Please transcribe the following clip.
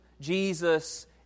Jesus